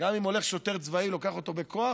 גם אם הולך שוטר צבאי, לוקח אותו בכוח,